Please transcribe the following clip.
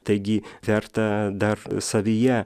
taigi verta dar savyje